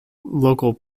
local